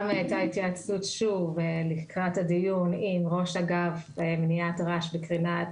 הייתה התייעצות לקראת הדיון עם ראש אגף מניעת רעש וקרינה,